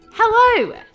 Hello